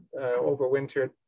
overwintered